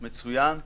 מצוין.